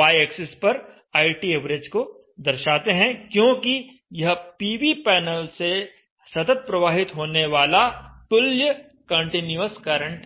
y axis पर ITav को दर्शाते हैं क्योंकि यह पीवी पैनल से सतत प्रवाहित होने वाला तुल्य कंटीन्यूअस करंट है